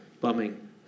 bumming